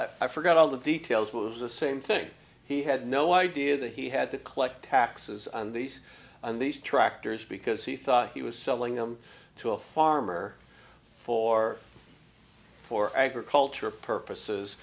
i forgot all the details was the same thing he had no idea that he had to collect taxes on these and these tractors because he thought he was selling them to a farmer for for agriculture purposes